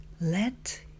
let